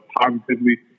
positively